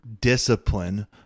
discipline